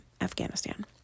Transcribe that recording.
Afghanistan